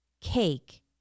cake